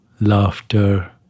Laughter